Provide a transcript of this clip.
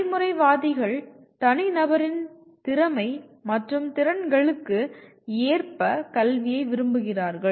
நடைமுறைவாதிகள் தனிநபரின் திறமை மற்றும் திறன்களுக்கு ஏற்ப கல்வியை விரும்புகிறார்கள்